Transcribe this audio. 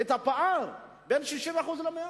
את הפער בין 60% ל-100%.